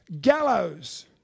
gallows